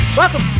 Welcome